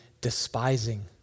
Despising